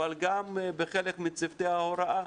אבל גם בחלק מצוותי ההוראה,